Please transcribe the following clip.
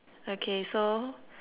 okay so